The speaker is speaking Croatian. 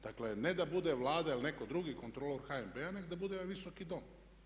Dakle, ne da bude Vlada ili netko drugi kontrolor HNB-a, nego da bude ovaj Visoki dom.